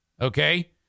Okay